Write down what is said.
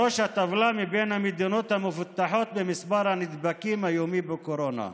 בראש הטבלה מבין המדינות המפותחות במספר הנדבקים היומי בקורונה.